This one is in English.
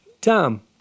Tom